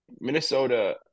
Minnesota